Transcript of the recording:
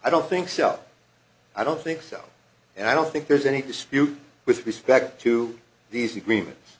i don't think so i don't think so and i don't think there's any dispute with respect to these agreements